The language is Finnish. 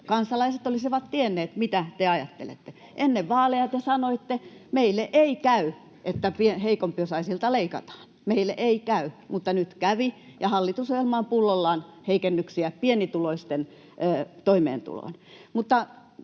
kansalaiset olisivat tienneet, mitä te ajattelette. Ennen vaaleja te sanoitte, että ”meille ei käy, että heikompiosaisilta leikataan” — ”meille ei käy” —, mutta nyt kävi ja hallitusohjelma on pullollaan heikennyksiä pienituloisten toimeentuloon.